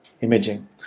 imaging